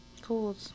Cool